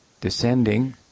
descending